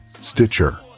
Stitcher